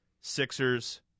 Sixers